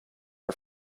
are